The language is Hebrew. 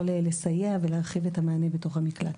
לסייע ולהרחיב את המענה בתוך המקלט.